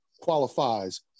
qualifies